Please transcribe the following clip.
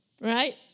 Right